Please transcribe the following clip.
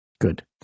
Good